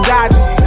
Dodgers